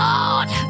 Lord